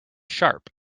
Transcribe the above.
sharp